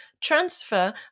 transfer